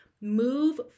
move